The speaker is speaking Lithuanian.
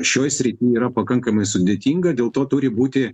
šioj srity yra pakankamai sudėtinga dėl to turi būti